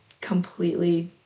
completely